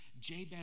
Jabez